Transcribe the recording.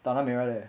tanah merah leh